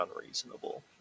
unreasonable